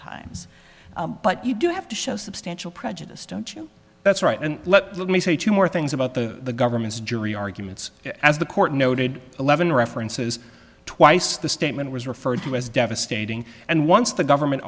times but you do have to show substantial prejudice don't you that's right and let me say two more things about the government's jury arguments as the court noted eleven references twice the statement was referred to as devastating and once the government